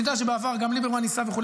אני יודע שבעבר גם ליברמן ניסה וכו',